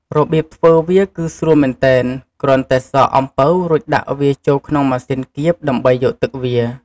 របៀបធ្វើវាគឺស្រួលមែនទែន គ្រាន់តែសកអំពៅរួចដាក់វាចូលក្នុងម៉ាសុីនគៀបដើម្បីយកទឹកវា។